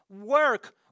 work